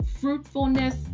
fruitfulness